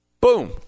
Boom